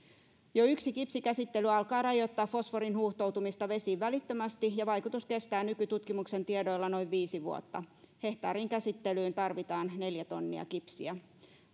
jo yksi kipsikäsittely alkaa rajoittaa fosforin huuhtoutumista vesiin välittömästi ja vaikutus kestää nykytutkimuksen tiedoilla noin viisi vuotta hehtaarin käsittelyyn tarvitaan neljä tonnia kipsiä